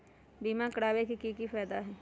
बीमा करबाबे के कि कि फायदा हई?